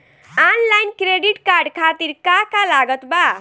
Online credit card खातिर का का लागत बा?